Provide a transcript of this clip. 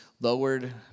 lowered